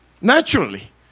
Naturally